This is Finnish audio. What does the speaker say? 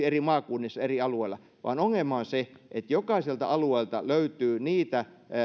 eri maakunnissa eri alueilla vaan ongelma on se että jokaiselta alueelta löytyy niitä